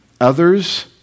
others